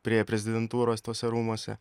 prie prezidentūros tuose rūmuose